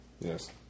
Yes